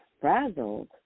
frazzled